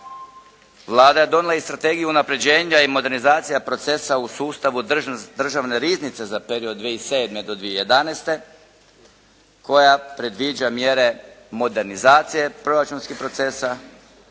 Vlada je donijela i strategiju unapređenja i modernizacija procesa u sustavu državne riznice za period 2007. do 2011. koja predviđa mjere modernizacije proračunskih procesa